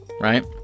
right